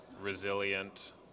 resilient